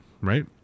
right